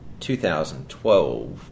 2012